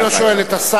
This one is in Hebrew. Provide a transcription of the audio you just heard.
אני לא שואל את השר,